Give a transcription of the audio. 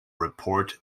report